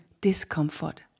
discomfort